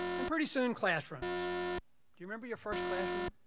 and pretty soon, classrooms. do you remember your first classroom?